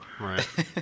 Right